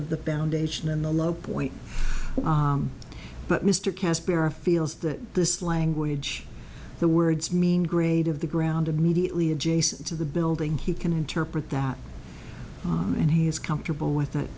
of the foundation and the low point but mr caspian are feels that this language the words mean grade of the ground immediately adjacent to the building he can interpret that and he's comfortable with